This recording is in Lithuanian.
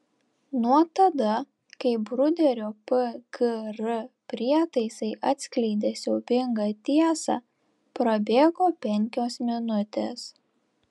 nuo tada kai bruderio pgr prietaisai atskleidė siaubingą tiesą prabėgo penkios minutės